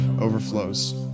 overflows